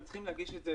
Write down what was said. הם צריכים להגיש את זה,